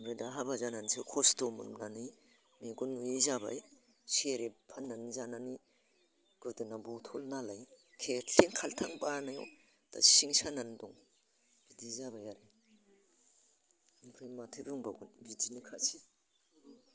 दा हाबा जानानैसो खस्थ' मोननानै मेगन नुयि जाबाय सेरेब फाननानै जानानै गोदोना बुहुद खम नालाय खिल्थिं खाल्थां बानायना दा सिं सानानै दं बिदि जाबाय आरो आरो माथो बुंबावनो बिदिनोखासै